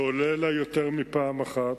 זה עולה אלי יותר מפעם אחת.